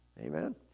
amen